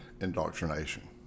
indoctrination